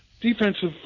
Defensive